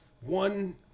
one